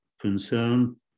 concern